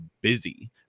busy